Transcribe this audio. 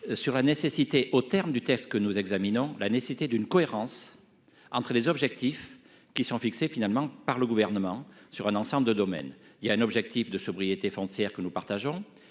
Sur la nécessité, aux termes du texte que nous examinons la nécessité d'une cohérence entre les objectifs qui sont fixés finalement par le gouvernement sur un ensemble de domaine il y a un objectif de sobriété foncière que nous partageons.